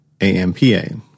AMPA